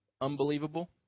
unbelievable